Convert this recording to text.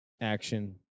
action